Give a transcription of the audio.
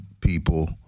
people